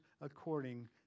according